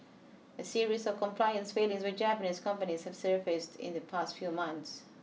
a series of compliance failings with Japanese companies have surfaced in the past few months